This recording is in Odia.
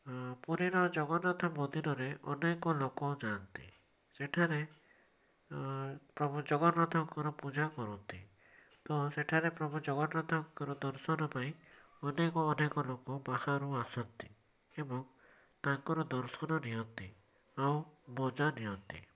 ଅ ପୁରୀ ର ଜଗନ୍ନାଥ ମନ୍ଦିରରେ ଅନେକ ଲୋକ ଯାଆନ୍ତି ସେଠାରେ ପ୍ରଭୁ ଜଗନ୍ନାଥଙ୍କର ପୂଜା କରନ୍ତି ତ ସେଠାରେ ପ୍ରଭୁ ଜଗନ୍ନାଥଙ୍କର ଦର୍ଶନ ପାଇଁ ଅନେକ ଅନେକ ଲୋକ ବାହାରୁ ଆସନ୍ତି ଏବଂ ତାଙ୍କର ଦର୍ଶନ ନିଅନ୍ତି ଆଉ ମଜା ନିଅନ୍ତି